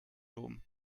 room